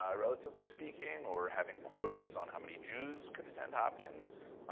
um relatively speaking, or having quotas on how many jews could attend hopkins.